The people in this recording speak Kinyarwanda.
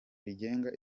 rigenga